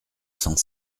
cent